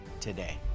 today